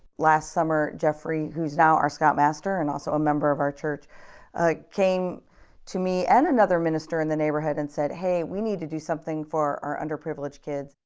last summer geoffrey, who's now our scoutmaster and also a member of our church ah came to me and another minister in the neighborhood and said hey we need to do something for our underprivileged kids.